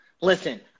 Listen